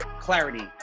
clarity